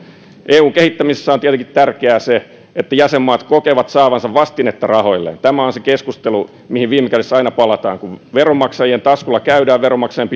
eun kehittämisessä on tietenkin tärkeää se että jäsenmaat kokevat saavansa vastinetta rahoilleen tämä on se keskustelu mihin viime kädessä aina palataan kun veronmaksajien taskulla käydään veronmaksajien